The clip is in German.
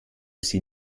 sie